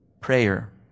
prayer